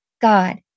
God